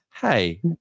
hey